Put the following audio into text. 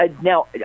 Now